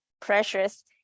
precious